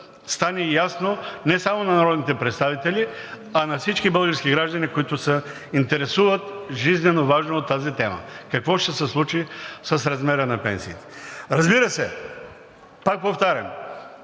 стане ясно не само на народните представители, а на всички български граждани, които се интересуват жизненоважно от тази тема – какво ще се случи с размера на пенсиите. Разбира се, пак повтарям,